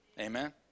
Amen